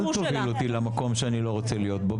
אל תוביל אותי למקום שאני לא רוצה להיות בו,